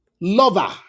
lover